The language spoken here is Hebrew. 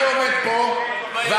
אני עומד פה, תתבייש.